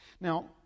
Now